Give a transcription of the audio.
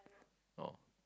oh